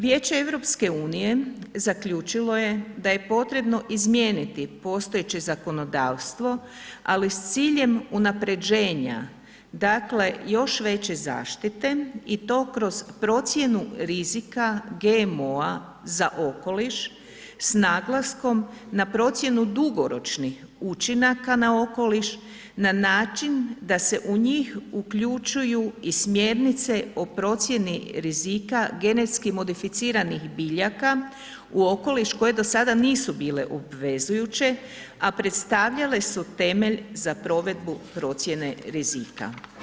Vijeće EU zaključilo je da je potrebno izmijeniti postojeće zakonodavstvo ali s ciljem unapređenja dakle još veće zaštite i to kroz procjenu rizika GMO-a za okoliš s naglaskom na procjenu dugoročnih učinaka na okoliš na način da se u njih uključuju i smjernice o procjeni rizika genetski modificiranih biljaka u okoliš koje do sada nisu bile obvezujuće, a predstavljale su temelj za provedbu procjene rizika.